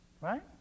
Right